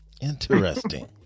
interesting